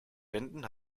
wänden